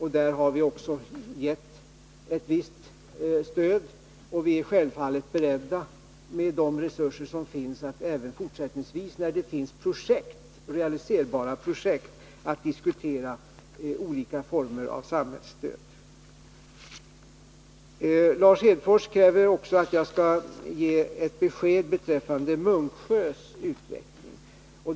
Här har vi också gett ett visst stöd, och vi är självfallet beredda att även fortsättningsvis där det finns realiserbara projekt, med hänsyn till de resurser som finns, diskutera olika former av samhällsstöd. Lars Hedfors kräver också att jag skall ge ett besked beträffande Munksjös utveckling.